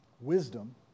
wisdom